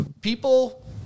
people –